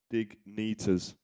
Dignitas